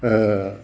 ओ